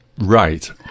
right